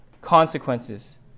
consequences